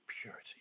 Purity